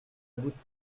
goutte